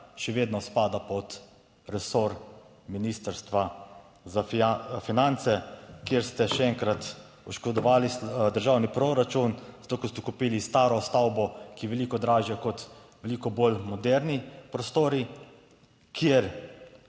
še vedno spada pod resor Ministrstva za finance, kjer ste še enkrat oškodovali državni proračun, zato, ker ste kupili staro stavbo, ki je veliko dražja kot veliko bolj moderni prostori, kjer,